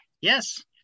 yes